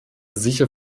sicher